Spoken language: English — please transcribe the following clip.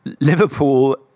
Liverpool